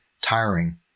tiring